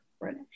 right